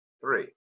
three